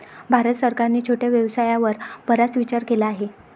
भारत सरकारने छोट्या व्यवसायावर बराच विचार केला आहे